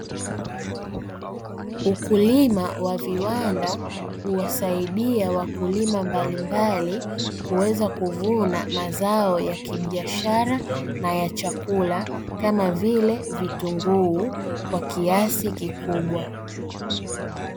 Ukulima wa viwanda huwasaidia wakulima mbalimbali kuweza kuvuna mazao ya kibiashara na ya chakula kama vile vitunguu kwa kiasi kikubwa.